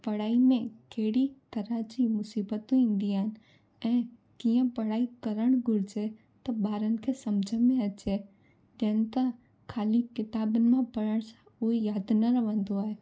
पढ़ाई में कहिड़ी तरह जी मूसीबतूं ईंदी आहिनि ऐं कीअं पढ़ाई करणु घुरिजे त ॿारनि खे सम्झ में अचे ॾियनि त ख़ाली किताबुनि मां पढ़ण सां उहो यादि न रहंदो आहे